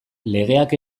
legeak